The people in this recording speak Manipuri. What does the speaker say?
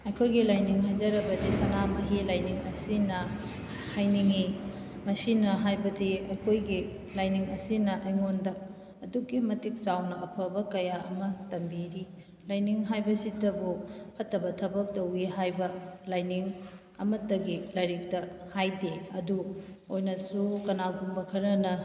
ꯑꯩꯈꯣꯏꯒꯤ ꯂꯥꯏꯅꯤꯡ ꯍꯥꯏꯖꯔꯕꯗꯤ ꯁꯅꯥꯃꯍꯤ ꯂꯥꯏꯅꯤꯡ ꯑꯁꯤꯅ ꯍꯥꯏꯅꯤꯡꯉꯤ ꯃꯁꯤꯅ ꯍꯥꯏꯕꯗꯤ ꯑꯩꯈꯣꯏꯒꯤ ꯂꯥꯏꯅꯤꯡ ꯑꯁꯤꯅ ꯑꯩꯉꯣꯟꯗ ꯑꯗꯨꯛꯀꯤ ꯃꯇꯤꯛ ꯆꯥꯎꯅ ꯑꯐꯕ ꯀꯌꯥ ꯑꯃ ꯇꯝꯕꯤꯔꯤ ꯂꯥꯏꯅꯤꯡ ꯍꯥꯏꯕꯁꯤꯇꯕꯨ ꯐꯠꯇꯕ ꯊꯕꯛ ꯇꯧꯋꯤ ꯍꯥꯏꯕ ꯂꯥꯏꯅꯤꯡ ꯑꯃꯠꯇꯒꯤ ꯂꯥꯏꯔꯤꯛꯇ ꯍꯥꯏꯗꯦ ꯑꯗꯨ ꯑꯣꯏꯅꯁꯨ ꯀꯅꯥꯒꯨꯝꯕ ꯈꯔꯅ